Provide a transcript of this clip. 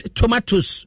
tomatoes